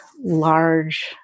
large